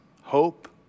hope